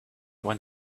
want